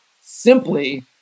simply